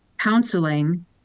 counseling